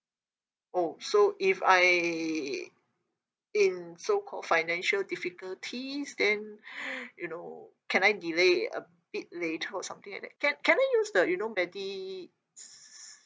ya so if I in so called financial difficulties then you know can I delay a bit later or something like that can can I use the you know medis~